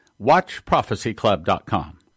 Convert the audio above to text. WatchProphecyClub.com